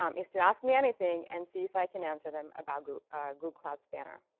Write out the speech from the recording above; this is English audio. um is to ask me anything and see if i can answer them about google google cloud spanner.